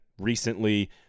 recently